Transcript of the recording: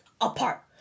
apart